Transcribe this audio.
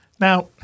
Now